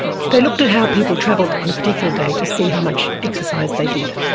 they looked at how people travelled on a particular day to see how much exercise they did,